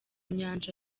nyanja